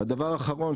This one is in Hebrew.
והדבר האחרון,